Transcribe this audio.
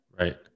Right